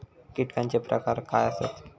कीटकांचे प्रकार काय आसत?